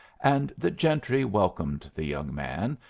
and the gentry welcomed the young man,